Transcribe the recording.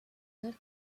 œuvre